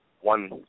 one